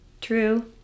True